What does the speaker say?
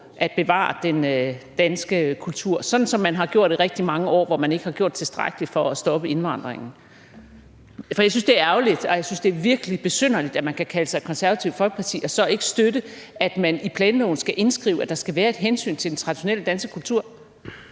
at bevare den danske kultur, sådan som man har gjort i rigtig mange år, hvor man ikke har gjort tilstrækkeligt for at stoppe indvandringen. For jeg synes, det er ærgerligt, og jeg synes, det er virkelig besynderligt, at man kan kalde sig for Det Konservative Folkeparti og så ikke støtte, at vi i planloven skal indskrive, at der skal være et hensyn til den traditionelle danske kultur.